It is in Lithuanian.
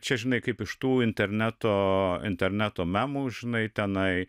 čia žinai kaip iš tų interneto interneto memų žinai tenai